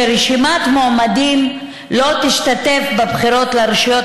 שרשימת מועמדים לא תשתתף בבחירות לרשויות